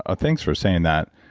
ah thanks for saying that.